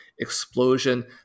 explosion